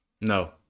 No